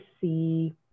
see